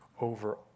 over